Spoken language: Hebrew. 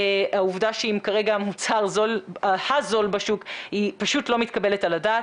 העובדה שהיא כרגע המוצר הזול בשוק פשוט לא מתקבלת על הדעת.